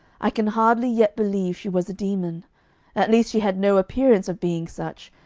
i can hardly yet believe she was a demon at least she had no appearance of being such,